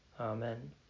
Amen